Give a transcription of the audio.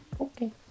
Okay